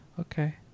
okay